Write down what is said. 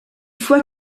fois